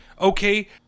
Okay